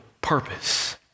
purpose